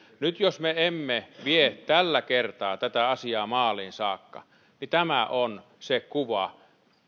nyt jos me emme vie tällä kertaa tätä asiaa maaliin saakka niin tämä on se kuva